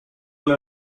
will